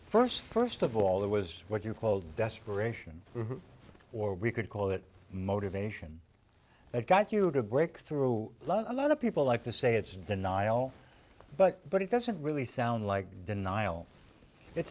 first first of all there was what you call desperation or we could call it motivation that got you into breakthrough a lot of people like to say it's in denial but but it doesn't really sound like denial it